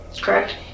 correct